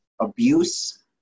abuse